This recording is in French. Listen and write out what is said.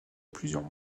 plusieurs